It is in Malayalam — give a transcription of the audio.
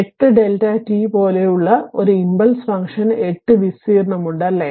8 Δ t പോലുള്ള ഒരു ഇംപൾസ് ഫംഗ്ഷന് 8 വിസ്തീർണ്ണമുണ്ട് അല്ലേ